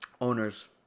owners